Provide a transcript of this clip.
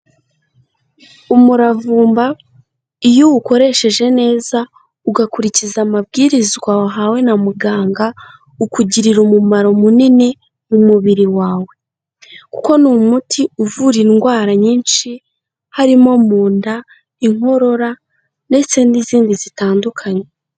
Umuravumba iyo uwukoresheje neza ugakurikiza amabwizwa wahawe na muganga ukugirira umumaro munini mu mubiri wawe. Kuko ni umuti uvura indwara nyinshi harimo mu nda, inkorora, ndetse n'izindi zitandukanye.